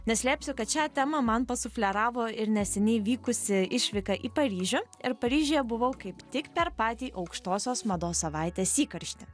neslėpsiu kad šią temą man pasufleravo ir neseniai vykusi išvyka į paryžių ir paryžiuje buvau kaip tik per patį aukštosios mados savaitės įkarštį